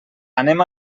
anem